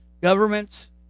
Governments